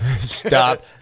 Stop